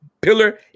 Pillar